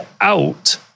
out